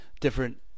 different